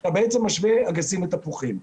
אתה בעצם משווה אגסים לתפוחים.